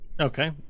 Okay